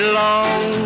long